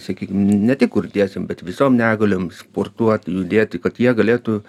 sakykim ne tik kurtiesiem bet visom negaliom sportuot judėti kad jie galėtų